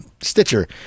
Stitcher